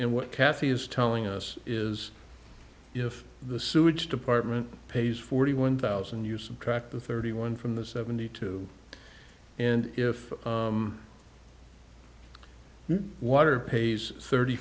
and what kathy is telling us is if the sewage department pays forty one thousand you subtract the thirty one from the seventy two and if water pays thirty